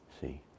see